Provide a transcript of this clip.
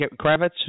Kravitz